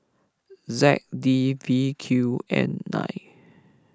Z D V Q N nine